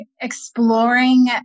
exploring